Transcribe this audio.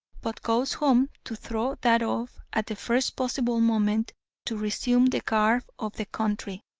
but goes home to throw that off at the first possible moment to resume the garb of the country,